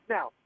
Now